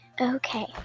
Okay